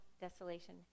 desolation